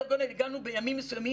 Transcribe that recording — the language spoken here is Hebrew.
הגענו בימים מסוימים,